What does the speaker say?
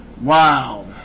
Wow